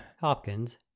Hopkins